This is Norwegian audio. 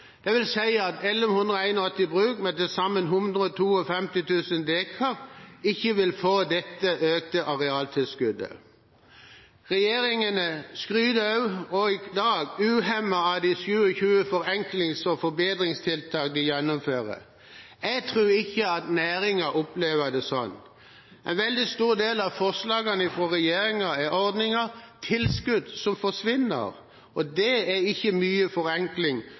sone 7, utenfor. 1 181 bruk med til sammen 152 000 dekar vil ikke få dette økte arealtilskuddet. Regjeringen skryter i dag også uhemmet av de 27 forenklings- og forbedringstiltakene de gjennomfører. Jeg tror ikke næringen opplever det sånn. En veldig stor del av forslagene fra regjeringen er ordninger som gjelder tilskudd som forsvinner. Det er ikke mye forenkling